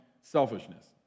selfishness